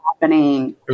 happening